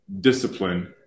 discipline